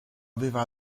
aveva